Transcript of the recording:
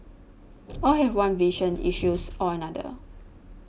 all have one vision issues or another